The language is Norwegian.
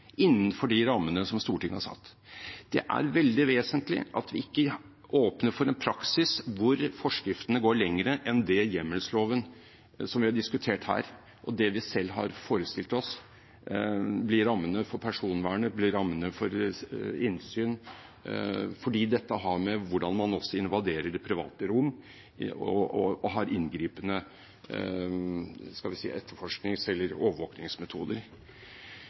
innenfor de rammene som Stortinget har satt. Det er veldig vesentlig at vi ikke åpner for en praksis der forskriftene går lenger enn hjemmelsloven, som vi har diskutert her, og det vi selv har forestilt oss, rammene for personvern, rammene for innsyn, for dette har også å gjøre med hvordan man invaderer det private rom og har inngripende – skal vi si – etterforsknings- eller overvåkingsmetoder.